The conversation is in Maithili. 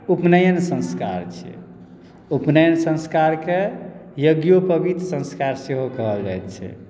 उपनयन संस्कार छै उपनयन संस्कारकेँ यज्ञोपवीत संस्कार सेहो कहल जाइत छै